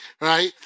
right